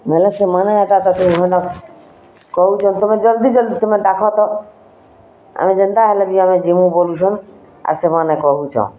ମୋର ସେମାନେ ଅଟା ଚକଟିବେ ନା କହୁଛନ୍ତି ତମେ ଜଲ୍ଦି ଜଲ୍ଦି ତମେ ପାଖ କର୍ ଆମେ ଯେନ୍ତା ହେଲେ ଯିବୁଁ ବୋଲୁଁଛନ୍ ଆଉ ସେମାନେ କହୁଛଁ